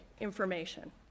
information